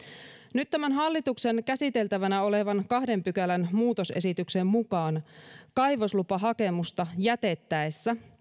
nyt tämän hallituksen käsiteltävänä olevan kahden pykälän muutosesityksen mukaan kaivoslupahakemusta jätettäessä